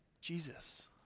Jesus